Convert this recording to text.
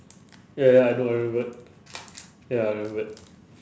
ya ya I know I remembered ya I remembered